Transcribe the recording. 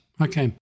Okay